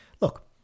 look